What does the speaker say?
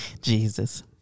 jesus